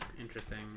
interesting